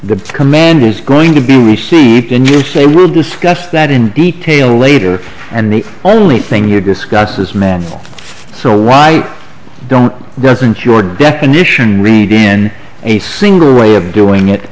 the command is going to be received and you say we'll discuss that in detail later and the only thing you discuss as men so right don't doesn't your definition read in a single way of doing it